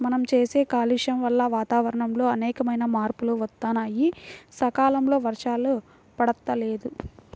మనం చేసే కాలుష్యం వల్ల వాతావరణంలో అనేకమైన మార్పులు వత్తన్నాయి, సకాలంలో వర్షాలు పడతల్లేదు